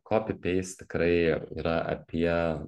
kopi peist tikrai yra apie